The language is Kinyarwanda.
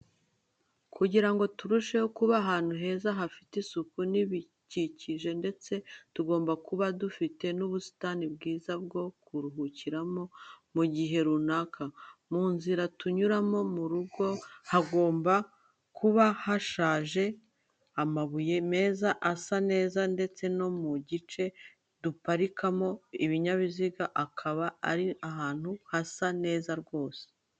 Kugira ngo turusheho kuba ahantu heza hafite isuku n’ibidukikije ndetse tugomba kuba dufite n'ubusitani bwiza bwo kuruhukiramo mu gihe runaka. Mu nzira tunyuramo mu rugo hagomba kuba hashashe amabuye meza asa neza ndetse no mu gice duparikamo ibinyabiziga akaba ari ahantu hasa neza rwose.